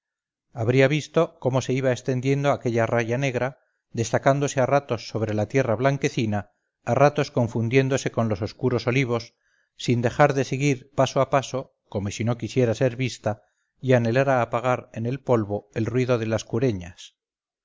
habría visto cómo se iba extendiendo aquella raya negra destacándose a ratos sobre la tierra blanquecina a ratos confundiéndose con los oscuros olivos sin dejar de seguir paso a paso como si no quisiera ser vista y anhelara apagar en el polvo el ruido de las